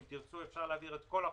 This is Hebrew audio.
אם תרצו אפשר להעביר את כל החומר,